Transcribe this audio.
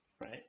right